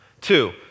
Two